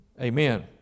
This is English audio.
amen